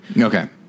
Okay